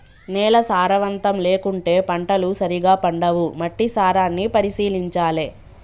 నేల సారవంతం లేకుంటే పంటలు సరిగా పండవు, మట్టి సారాన్ని పరిశీలించాలె